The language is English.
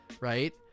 right